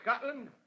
Scotland